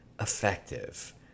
effective